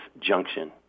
junction